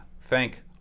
thank